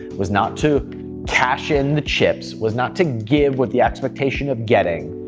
was not to cash in the chips, was not to give with the expectation of getting.